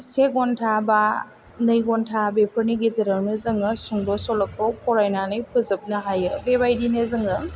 से घन्टा बा नै घन्टा बेफोरनि गेजेरावनो जोङो सुंद' सल'खौ फरायनानै फोजोबनो हायो बेबायदिनो जोङो